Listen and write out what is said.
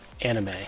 anime